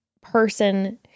person